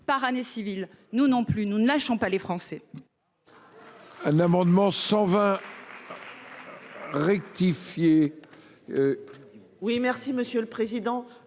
par année civile. Nous non plus, nous ne lâchons pas les Français